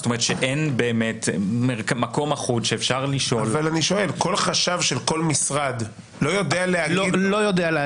אין באמת מקום אחוד שאפשר לשאול --- כל חשב של כל משרד לא יודע להגיד?